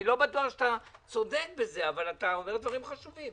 אני לא בטוח שאתה צודק בזה אבל אתה אומר דברים חשובים.